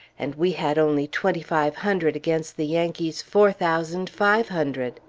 and we had only twenty-five hundred against the yankees' four thousand five hundred.